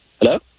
Hello